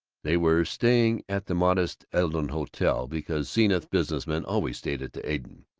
they were staying at the modest eden hotel, because zenith business men always stayed at the eden,